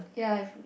ya